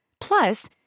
Plus